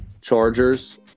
Chargers